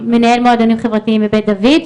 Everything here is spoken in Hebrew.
בבית דוד,